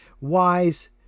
wise